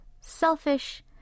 selfish